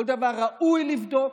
כל דבר ראוי לבדוק,